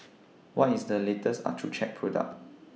What IS The latest Accucheck Product